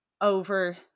over